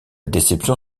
déception